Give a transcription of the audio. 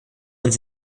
uns